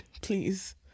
Please